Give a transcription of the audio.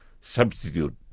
substitute